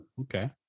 Okay